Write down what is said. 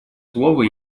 слово